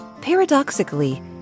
Paradoxically